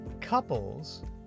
couples